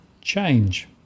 change